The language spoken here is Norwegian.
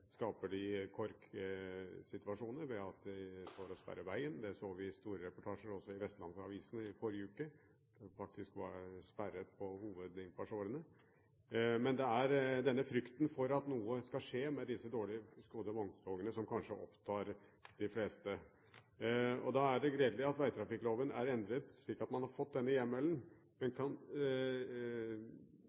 skaper de trafikkork ved at de står og sperrer vegen – de sperret faktisk hovedinnfartsårene, det så vi i mange reportasjer i vestlandsavisene i forrige uke – men det er frykten for at noe skal skje med disse dårlig skodde vogntogene som kanskje opptar de fleste. Da er det gledelig at vegtrafikkloven er endret slik at man har fått denne hjemmelen. Kan